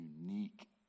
unique